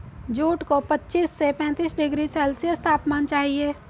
jute को पच्चीस से पैंतीस डिग्री सेल्सियस तापमान चाहिए